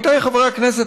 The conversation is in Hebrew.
עמיתיי חברי הכנסת,